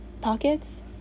pockets